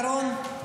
ירון,